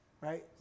right